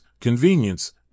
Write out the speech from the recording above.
convenience